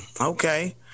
okay